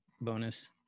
bonus